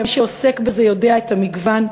מי שעוסק בזה יודע את המגוון.